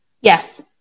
yes